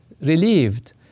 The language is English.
relieved